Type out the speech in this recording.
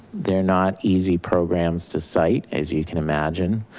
they're not easy programs to site as you can imagine.